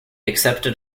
accepted